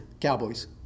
Cowboys